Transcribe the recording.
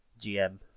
GM